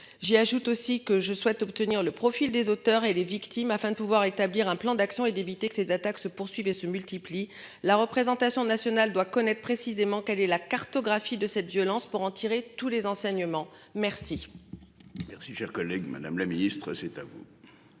J'y ajoute aussi que je souhaite obtenir le profil des auteurs et les victimes afin de pouvoir établir un plan d'action et d'éviter que ces attaques se poursuivaient se multiplient. La représentation nationale doit connaître précisément quelle est la cartographie de cette violence pour en tirer tous les enseignements, merci. Merci cher collègue. Madame la Ministre c'est ça.